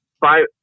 five